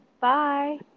Bye